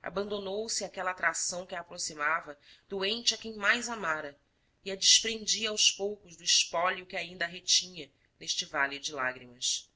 abandonou se àquela atração que a aproximava do ente a quem mais amara e a desprendia aos poucos do espólio que ainda a retinha neste vale de lágrimas